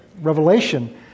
Revelation